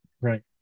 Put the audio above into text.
Right